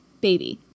baby